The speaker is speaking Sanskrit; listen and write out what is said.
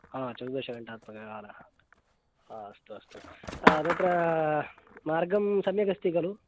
आ चतुर्दशघण्टात्मकः कालः हा अस्तु अस्तु तत्र मार्गं सम्यक् अस्ति खलु